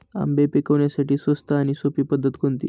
आंबे पिकवण्यासाठी स्वस्त आणि सोपी पद्धत कोणती?